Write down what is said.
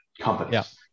companies